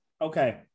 Okay